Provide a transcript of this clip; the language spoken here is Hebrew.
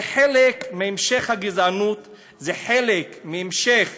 זה חלק מהמשך הגזענות, זה חלק מהמשך